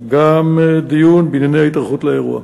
גם דיון בענייני ההיערכות לאירוע.